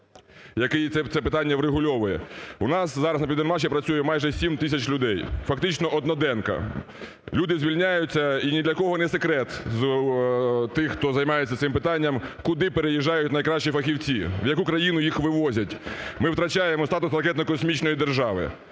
який це питання врегульовує. У нас зараз на "Південмаші" працює майже 7 тисяч людей, фактично одноденка, люди звільняються і ні для кого не секрет тих, хто займається цим питанням, куди переїжджають найкращі фахівці, в яку країну їх вивозять. Ми втрачаємо статус ракетно-космічної держави